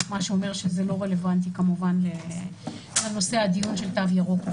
מה שאומר שזה לא רלוונטי כמובן לנושא הדיון של תו ירוק לעובדים.